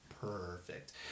perfect